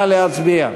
נא להצביע.